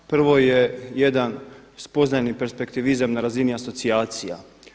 Prvo je jedan spoznajni perspektivizam na razini asocijacija.